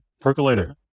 Percolator